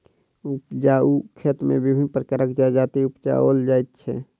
उपजाउ खेत मे विभिन्न प्रकारक जजाति उपजाओल जाइत छै